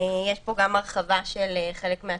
יש פה גם הרחבה של חלק מהתפוסות.